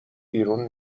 بیرون